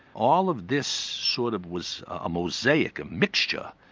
all of this sort of was a mosaic, a mixture,